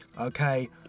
Okay